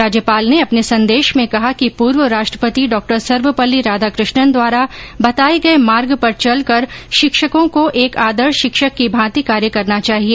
राज्यपाल ने अपने संदेश में कहा कि पूर्व राष्ट्रपति डॉ सर्वपल्ली राधाकृष्णन द्वारा बताये गये मार्ग पर चलकर शिक्षकों को एक आदर्श शिक्षक की भांति कार्य करना चाहिए